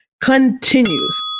continues